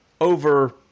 over